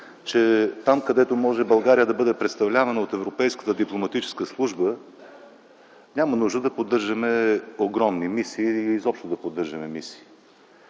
че където България може да бъде представлявана от европейската дипломатическа служба, няма нужда да поддържаме огромни мисии и изобщо да поддържаме мисии.